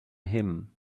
him